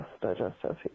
digestive